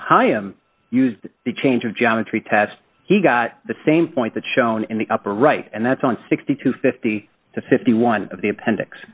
chaim used the change of geometry test he got the same point that shone in the upper right and that's on sixty to fifty to fifty one of the appendix